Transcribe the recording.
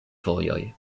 vojoj